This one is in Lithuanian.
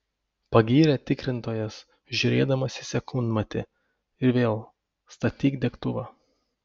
pagyrė tikrintojas žiūrėdamas į sekundmatį ir vėl statyk degtuvą